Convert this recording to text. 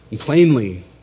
plainly